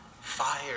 fire